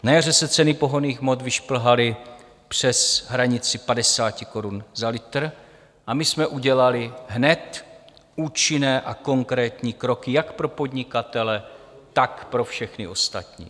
Na jaře se ceny pohonných hmot vyšplhaly přes hranici 50 korun za litr a my jsme udělali hned účinné a konkrétní kroky jak pro podnikatele, tak pro všechny ostatní.